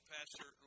Pastor